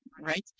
right